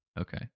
Okay